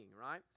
right